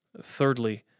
Thirdly